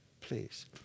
Please